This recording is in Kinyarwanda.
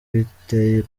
giteye